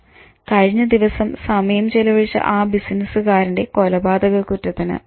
അയാൾ കഴിഞ്ഞ ദിവസം സമയം ചിലവഴിച്ച ആ ബിസിനസുകാരന്റെ കൊലപാതക കുറ്റത്തിന്